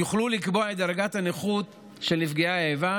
יוכלו לקבוע את דרגת הנכות של נפגעי האיבה,